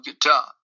guitar